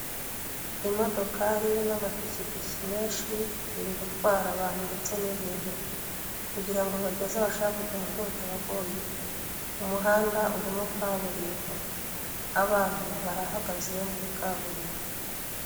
Imodokari n'amapikipiki menshi biri gutwara abantu ndetse n'ibintu kugira ngo bibageze aho basha kujya mu buryo butabagoye, umuhanda urimo kaburimbo, abantu barahagaze muri kaburimbo.